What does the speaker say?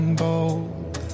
bold